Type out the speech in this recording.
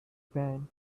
pan